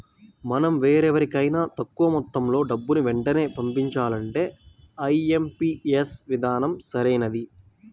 మనం వేరెవరికైనా తక్కువ మొత్తంలో డబ్బుని వెంటనే పంపించాలంటే ఐ.ఎం.పీ.యస్ విధానం సరైనది